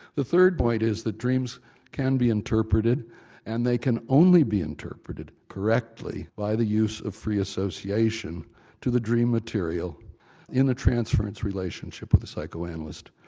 the third point is that dreams can be interpreted and they can only be interpreted correctly by the use of free association to the dream material in the transference relationship with the psychoanalyst.